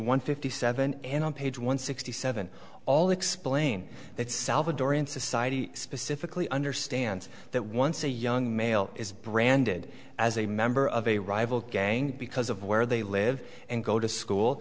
one fifty seven and on page one sixty seven all explain that salvadoran society specifically understands that once a young male is branded as a member of a rival gang because of where they live and go to school